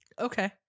Okay